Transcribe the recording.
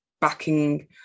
backing